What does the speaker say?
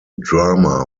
drama